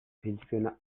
filipino